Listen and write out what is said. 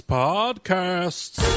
podcasts